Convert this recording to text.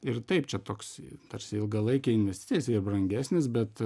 ir taip čia toks tarsi ilgalaikė investicija jisai ir brangesnis bet